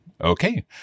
Okay